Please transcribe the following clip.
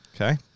Okay